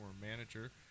manager